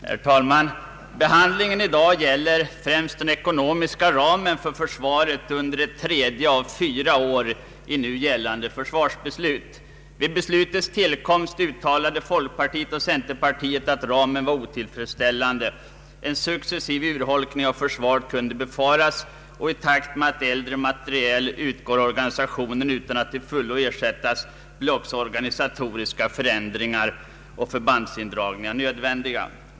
Herr talman! Behandlingen i dag gäller främst den ekonomiska ramen för försvaret under det tredje av fyra år i nu gällande försvarsbeslut. Vid beslutets tillkomst uttalade folkpartiet och centerpartiet att ramen var otillfredsställande. En successiv urholkning av försvaret kunde befaras, och i takt med att äldre materiel utgår ur organisationen utan att till fullo ersättas blir också organisatoriska förändringar och förbandsindragningar nödvändiga.